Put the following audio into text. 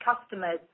customers